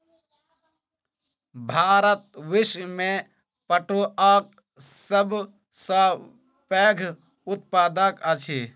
भारत विश्व में पटुआक सब सॅ पैघ उत्पादक अछि